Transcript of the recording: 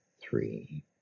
Three